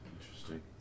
Interesting